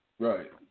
Right